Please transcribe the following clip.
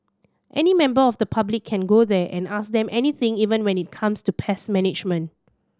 any member of the public can go there and ask them anything even when it comes to pest management